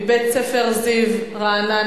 מבית-הספר "זיו" ברעננה,